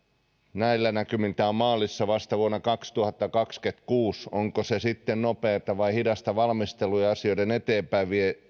näillä näkymin tämä on maalissa vasta vuonna kaksituhattakaksikymmentäkuusi onko se sitten nopeata vai hidasta valmistelua ja asioiden eteenpäinvientiä